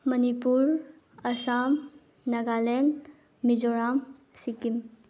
Manipur Assam Nagaland Mizoram Sikkim